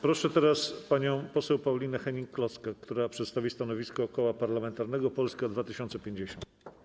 Proszę panią poseł Paulinę Hennig-Kloskę, która przedstawi stanowisko Koła Parlamentarnego Polska 2050.